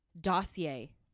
dossier